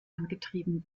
angetrieben